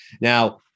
Now